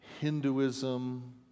Hinduism